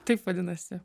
taip vadinasi